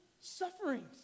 sufferings